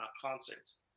concerts